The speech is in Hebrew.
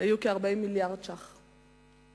היו כ-40 מיליארד שקלים.